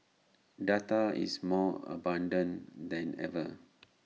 data is more abundant than ever